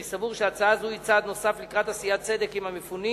אני סבור שהצעה זו היא צעד נוסף לקראת עשיית צדק עם המפונים,